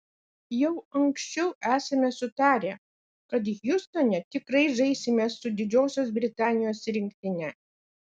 jau anksčiau esame sutarę kad hjustone tikrai žaisime su didžiosios britanijos rinktine